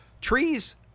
Trees